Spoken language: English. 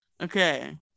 Okay